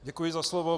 Děkuji za slovo.